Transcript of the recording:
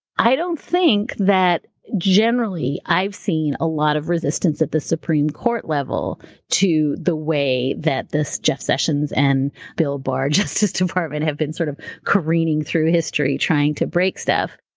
i don't think that generally i've seen a lot of resistance at the supreme court level to the way that this jeff sessions and bill barr justice department have been sort of careening through history trying to break stuff.